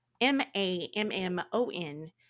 M-A-M-M-O-N